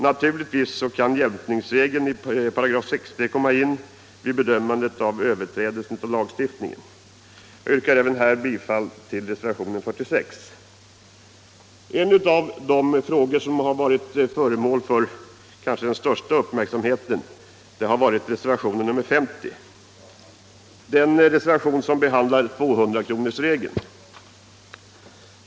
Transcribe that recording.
Naturligtvis kan jämkningsregeln i 60 § komma in vid bedömande av frågor om överträdelse av lagstiftningen. Jag yrkar bifall även till reservationen 46. En av de frågor som varit föremål för stor uppmärksamhet, kanske den största, är den som behandlas i reservationen 50, nämligen 200 kronorsregeln.